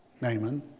Naaman